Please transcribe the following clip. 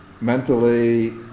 mentally